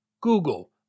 Google